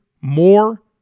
more